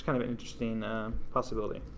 kind of an interesting possibility.